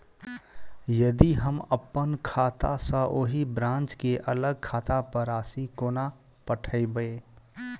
यदि हम अप्पन खाता सँ ओही ब्रांच केँ अलग खाता पर राशि कोना पठेबै?